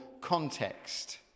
context